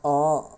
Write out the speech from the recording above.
oh